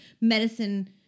medicine